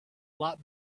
lot